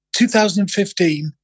2015